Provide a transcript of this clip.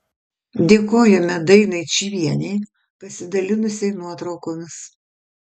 dėkojame dainai čyvienei pasidalinusiai nuotraukomis